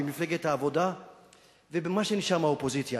במפלגת העבודה ובמה שנשאר מהאופוזיציה,